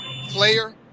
player